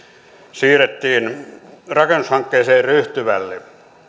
siirrettiin rakennushankkeeseen ryhtyvälle